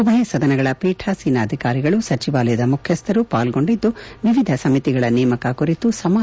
ಉಭಯ ಸದನಗಳ ಪೀಠಾಸೀನ ಅಧಿಕಾರಿಗಳು ಸಚಿವಾಲಯದ ಮುಖ್ಯಸ್ಥರು ಪಾಲ್ಗೊಂಡಿದ್ದು ವಿವಿಧ ಸಮಿತಿಗಳ ನೇಮಕ ಕುರಿತು ಸಮಾಲೋಚನೆ ನಡೆಸಿದರು